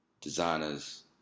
designers